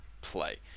play